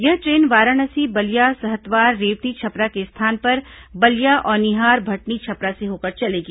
यह ट्रेन वाराणसी बलिया सहतवार रेवती छपरा के स्थान पर बलिया औनिहार भटनी छपरा से होकर चलेगी